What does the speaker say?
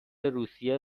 روسیه